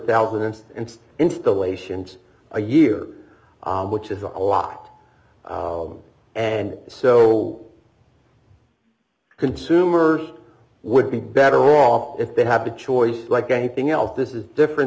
balance installations a year which is a lot and so consumers would be better off if they have a choice like anything else this is different